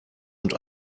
und